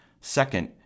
second